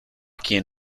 quien